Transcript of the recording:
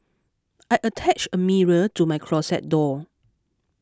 I attached a mirror to my closet door